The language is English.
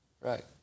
right